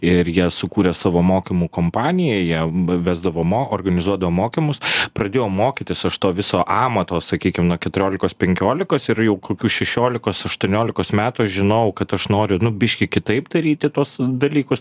ir jie sukūrė savo mokymų kompaniją jie v vesdavo mo organizuodavo mokymus pradėjau mokytis aš to viso amato sakykim nuo keturiolikos penkiolikos ir jau kokių šešiolikos aštuoniolikos metų aš žinojau kad aš noriu nu biškį kitaip daryti tuos dalykus